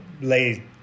lay